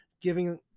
giving